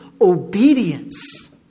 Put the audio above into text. obedience